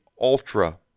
ultra